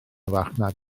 farchnad